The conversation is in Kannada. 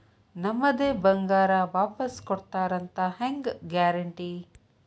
ನಮ್ಮದೇ ಬಂಗಾರ ವಾಪಸ್ ಕೊಡ್ತಾರಂತ ಹೆಂಗ್ ಗ್ಯಾರಂಟಿ?